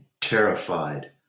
terrified